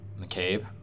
McCabe